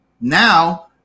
now